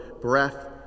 breath